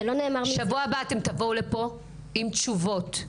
בשבוע הבא אתם תבואו לפה עם תשובות.